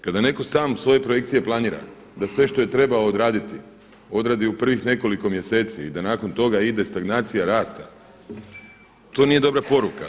Kada netko sam svoje projekcije planira, da sve što je trebao odraditi odradi u prvih nekoliko mjeseci i da nakon toga ide stagnacija rasta to nije dobra poruka.